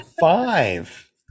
five